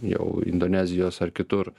jau indonezijos ar kitur